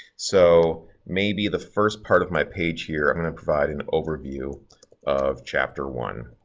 so maybe the first part of my page here i'm going to provide an overview of chapter one